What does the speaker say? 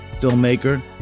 filmmaker